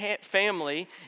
family